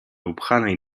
upchanej